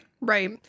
Right